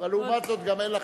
אבל לעומת זאת גם אין לך,